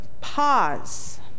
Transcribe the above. pause